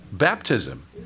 baptism